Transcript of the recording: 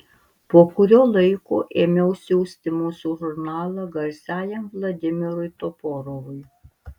po kurio laiko ėmiau siųsti mūsų žurnalą garsiajam vladimirui toporovui